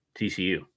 TCU